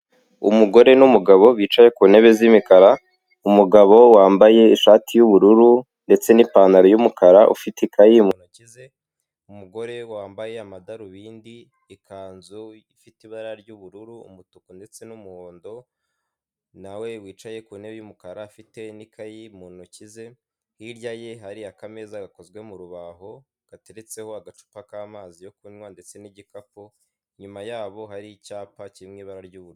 Umugore n'umugabo bicaye ku ntebe z'imikara umugabo wambaye ishati y'ubururu ndetse n'ipantaro y'umukara ufite ikayi mu ntoki ze, umugore wambaye amadarubindi ikanzu ifite ibara ry'ubururu umutuku ndetse n'umuhondo na wicaye ku ntebe y'umukara afite ikayi mu ntoki ze, hirya ye hari akameza gakozwe mu rubaho gateretseho agacupa k'amazi yo kunywa ndetse n'igikapu inyuma yabo hari icyapa cy'ibara ry'ubururu.